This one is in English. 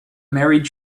married